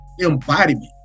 embodiment